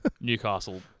Newcastle